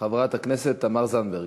חברת הכנסת תמר זנדברג.